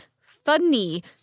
funny